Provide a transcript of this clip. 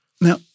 Now